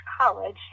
college